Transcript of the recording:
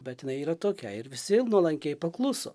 bet jinai yra tokia ir visi nuolankiai pakluso